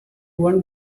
one